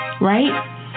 right